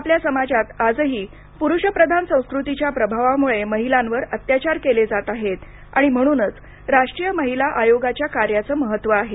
आपल्या समाजात आजही प्रुषप्रधान संस्कृतीच्या प्रभावामुळे महिलांवर अत्याचार केले जात आहेत आणि म्हणूनच राष्ट्रीय महिला आयोगाच्या कार्याचं महत्त्व आहे